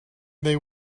they